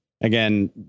Again